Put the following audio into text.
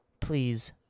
Please